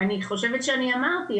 אני חושבת שאני אמרתי,